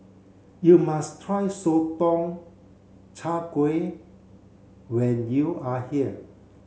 you must try Sotong Char Kway when you are here